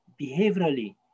behaviorally